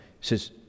says